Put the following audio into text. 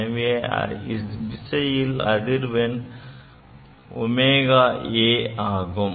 எனவே விசையின் அதிர்வெண் ωa ஆகும்